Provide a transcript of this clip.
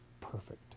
perfect